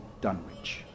Dunwich